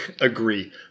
agree